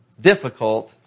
difficult